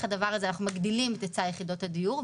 דרך הדבר הזה את היצע יחידות הדיור.